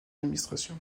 administration